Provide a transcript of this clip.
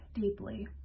deeply